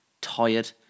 tired